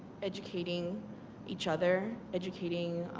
educateing each other, educateing